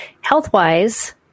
health-wise